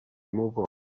moved